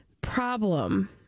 Problem